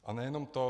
A nejenom to.